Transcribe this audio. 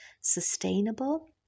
sustainable